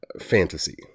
fantasy